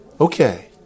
okay